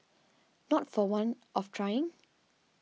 not for want of trying